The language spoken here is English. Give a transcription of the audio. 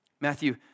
Matthew